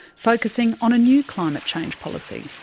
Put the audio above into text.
focussing on a new climate change policy.